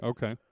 Okay